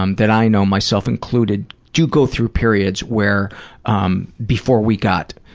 um that i know, myself included, do go through periods where um before we got